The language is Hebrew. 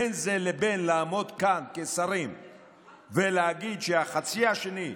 בין זה לבין לעמוד כאן כשרים ולהגיד שהחצי השני,